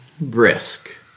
brisk